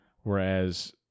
Whereas